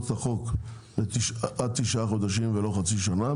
את החוק עד תשעה חודשים ולא חצי שנה.